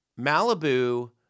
Malibu